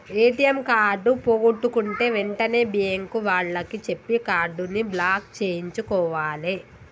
ATM card పోగొట్టుకుంటే వెంటనే bank వాళ్లకి చెప్పి కార్డుని బ్లాక్ చేయించుకోవాలే